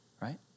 right